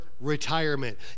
retirement